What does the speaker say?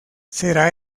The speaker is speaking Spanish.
será